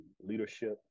leadership